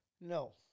No